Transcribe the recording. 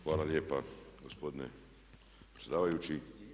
Hvala lijepa gospodine predsjedavajući.